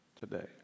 today